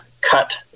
cut